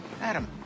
Adam